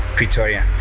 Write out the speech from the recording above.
Pretoria